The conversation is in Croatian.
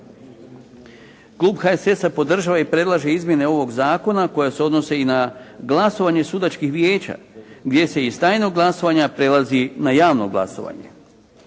Klub HSS-a podržava i predlaže izmjene ovog zakona koja se odnose i na glasovanje sudačkih vijeća gdje se iz tajnog glasovanja prelazi na javno glasovanje.